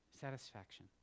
satisfaction